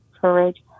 courage